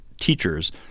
teachers